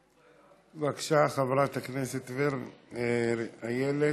בבקשה, חברת הכנסת ורבין איילת.